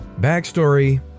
backstory